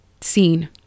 seen